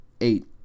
eight